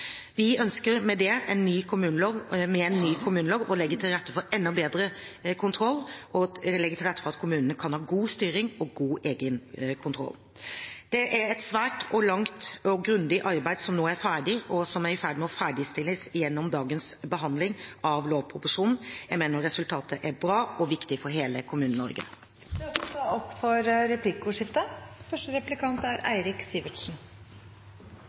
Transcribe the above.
Vi ønsker med en ny kommunelov å legge til rette for enda bedre kontroll og legge til rette for at kommunene kan ha god styring og god egenkontroll. Det er et svært, langt og grundig arbeid som nå er ferdig, og som er i ferd med å ferdigstilles gjennom dagens behandling av lovproposisjonen. Jeg mener resultatet er bra og viktig for hele Kommune-Norge. Det blir replikkordskifte. Hvorfor vil ikke statsråden lovfeste ungdomsråd eller et annet medvirkningsorgan for ungdom som et minstekrav i kommunene? La meg understreke at vi alle er